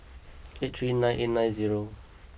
eight three nine eight nine zero